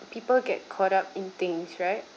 people get caught up in things right